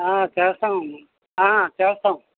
చేస్తామమ్మా చేస్తాం